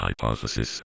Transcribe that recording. hypothesis